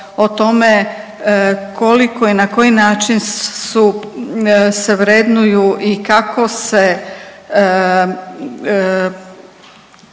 o tome koliko i na koji način su, se vrednuju i kako se